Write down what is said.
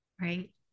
right